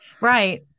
Right